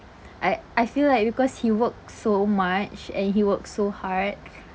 I I feel like because he work so much and he work so hard